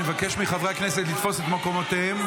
אני מבקש מחברי הכנסת לתפוס את מקומותיהם.